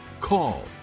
call